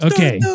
Okay